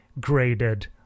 graded